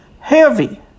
heavy